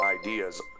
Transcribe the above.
ideas